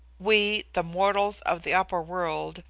we, the mortals of the upper world,